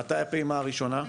מתי הפעימה הראשונה?